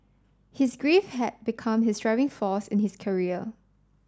his grief had become his driving force in his career